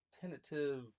tentative